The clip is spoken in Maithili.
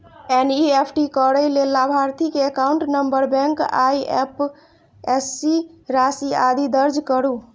एन.ई.एफ.टी करै लेल लाभार्थी के एकाउंट नंबर, बैंक, आईएपएससी, राशि, आदि दर्ज करू